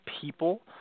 people